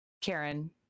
Karen